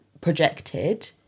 projected